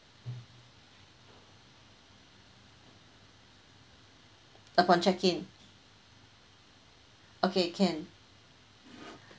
upon check in okay can